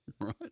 right